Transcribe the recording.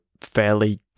fairly